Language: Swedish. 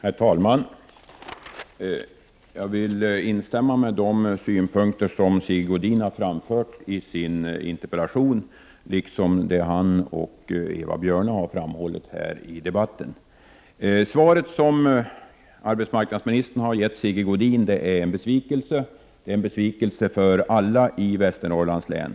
Herr talman! Jag vill instämma i de synpunkter som Sigge Godin har framfört i sin interpellation, liksom också i vad han och Eva Björne har framhållit här i debatten. Det svar som arbetsmarknadsministern har gett Sigge Godin är en besvikelse, en besvikelse för alla i Västernorrlands län.